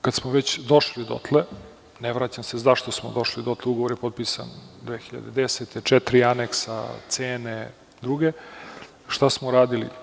Kada smo već došli dotle, ne vraćam se zašto smo došli dotle, ugovor je potpisan 2010. godine, četiri aneksa, cene, šta smo uradili?